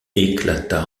éclata